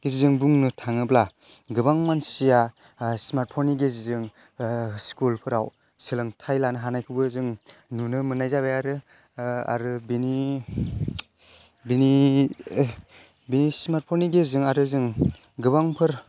गेजेरजों बुंनो थाङोब्ला गोबां मानसिया स्मार्तफन नि गेजेरजों स्कुल फोराव सोलोंथाइ लानो हानायखौबो जों नुनो मोननाय जाबाय आरो आरो बेनि बेनि बेनि स्मार्तफन नि गेजेरजों आरो जों गोबांफोर